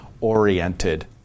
oriented